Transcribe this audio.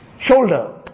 shoulder